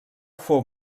fou